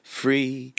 free